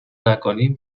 نکنیم